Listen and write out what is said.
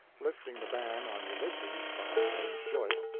lifting the ban on ulysses by james joyce,